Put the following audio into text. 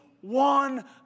One